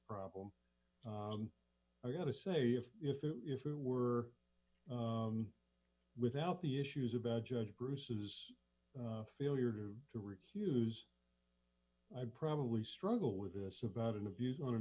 problem i got to say if if it if it were without the issues about judge bruce's failure to recuse i probably struggle with this about interviews on an